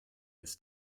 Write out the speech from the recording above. ist